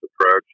approach